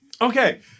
Okay